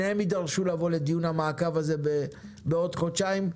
שניהם יידרשו לבוא לדיון המעקב בעוד חודשיים.